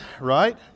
right